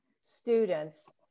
students